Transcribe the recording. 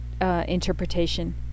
interpretation